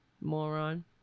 moron